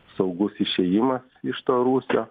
saugus išėjimas iš to rūsio